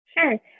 Sure